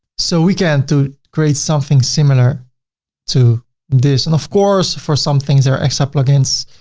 so we can too, create something similar to this. and of course, for some things, there are extra plugins,